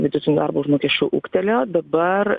vidutiniu darbo užmokesčiu ūgtelėjo dabar